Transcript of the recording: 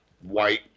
white